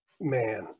man